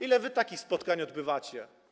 Ile wy takich spotkań odbywacie?